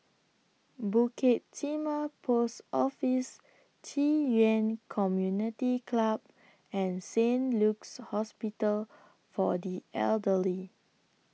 Bukit Timah Post Office Ci Yuan Community Club and Saint Luke's Hospital For The Elderly